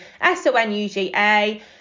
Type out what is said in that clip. S-O-N-U-G-A